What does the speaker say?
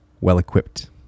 well-equipped